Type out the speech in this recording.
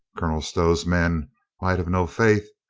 colonel stow's men might have no faith,